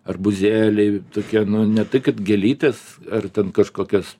arbūzėliai tokie nu ne tai kad gėlytės ar ten kažkokios